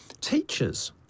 Teachers